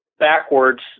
backwards